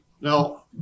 Now